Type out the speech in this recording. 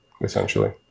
essentially